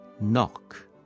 knock